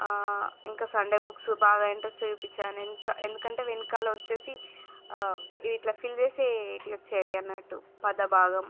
ఆ ఇంకా Sunday books బాగా ఇంట్రెస్ట్ చూపించాను ఇంకా ఎందుకంటే వెనకాల వచ్చేసి ఇవి ఇట్లా ఫిల్ చేసేవి వచ్చేవి అన్నట్టు పదభాగం